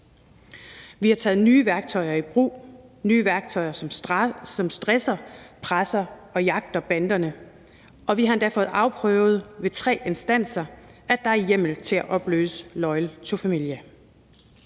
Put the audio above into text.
Vi har taget nye værktøjer i brug, nye værktøjer, som medvirker til at stresse, presse og jagte banderne, og vi har endda ved tre instanser fået afprøvet, at der er hjemmel til at opløse Loyal To Familia.